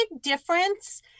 difference